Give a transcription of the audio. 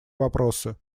вопросы